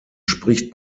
spricht